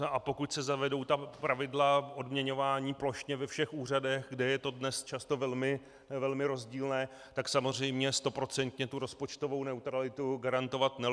A pokud se zavedou ta pravidla odměňování plošně ve všech úřadech, kde je to dnes často velmi rozdílné, tak samozřejmě stoprocentně tu rozpočtovou neutralitu garantovat nelze.